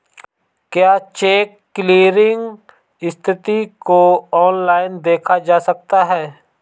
क्या cheque clearing स्थिति को ऑनलाइन देखा जा सकता है?